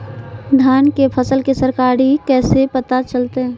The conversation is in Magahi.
धान के फसल के सरकारी रेट कैसे पता चलताय?